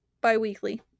bi-weekly